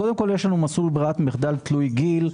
קודם כול, יש מסלול בררת מחדל תלוי גיל,